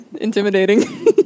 intimidating